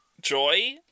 joy